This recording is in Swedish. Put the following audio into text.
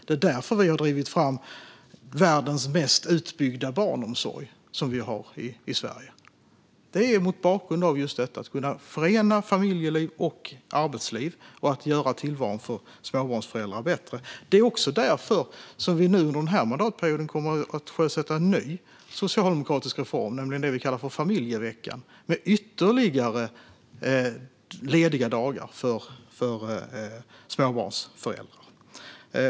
Det är därför vi har drivit fram världens mest utbyggda barnomsorg i Sverige. Det är mot bakgrund av just detta: att göra det möjligt att förena familjeliv och arbetsliv och att göra tillvaron för småbarnsföräldrar bättre. Det är också därför som vi under den här mandatperioden kommer att sjösätta en ny socialdemokratisk reform, nämligen det vi kallar familjeveckan, med ytterligare lediga dagar för småbarnsföräldrar.